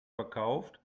verkauft